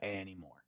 anymore